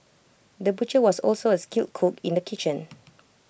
the butcher was also A skilled cook in the kitchen